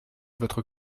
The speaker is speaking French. votre